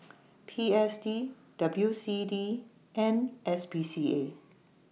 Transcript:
P S D W C D and S P C A